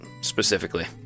specifically